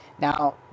Now